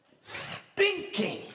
Stinking